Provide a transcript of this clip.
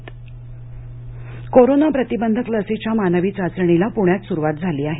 मानवी चाचणी कोरोना प्रतिबंधक लसीच्या मानवी चाचणीला प्ण्यात सुरवात झाली आहे